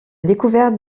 découverte